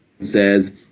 says